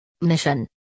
Mission